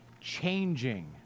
changing